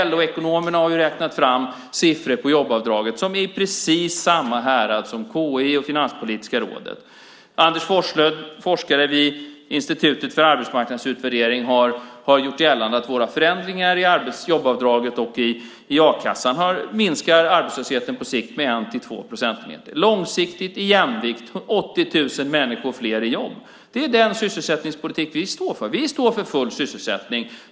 LO-ekonomerna har räknat fram siffror på jobbavdraget som är i precis samma härad som KI:s och Finanspolitiska rådets. Anders Forslund, forskare vid Institutet för arbetsmarknadsutvärdering, har gjort gällande att våra förändringar i jobbavdraget och a-kassan minskar arbetslösheten på sikt med 1-2 procentenheter, långsiktigt i jämvikt 80 000 fler människor i jobb. Det är den sysselsättningspolitik vi står för. Vi står för full sysselsättning.